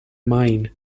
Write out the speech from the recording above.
mine